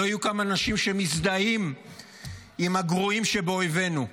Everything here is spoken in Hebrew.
לא יהיו כאן אנשים שמזדהים עם הגרועים שבאויבינו.